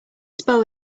spell